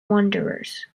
wanderers